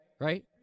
Right